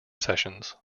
sessions